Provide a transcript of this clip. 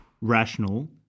rational